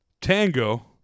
Tango